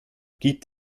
gibt